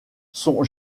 sont